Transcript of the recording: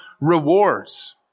rewards